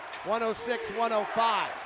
106-105